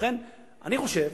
ובכן, אני חושב